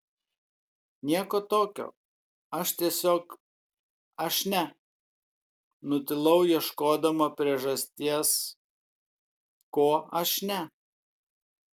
nieko tokio aš tiesiog aš ne nutilau ieškodama priežasties ko aš ne